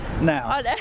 Now